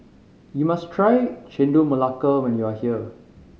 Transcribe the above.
you must try Chendol Melaka when you are here